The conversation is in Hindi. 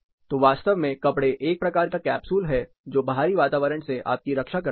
तो वास्तव में कपड़े एक प्रकार का कैप्सूल है जो बाहरी वातावरण से आपकी रक्षा करता है